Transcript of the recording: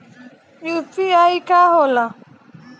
UPI का होला?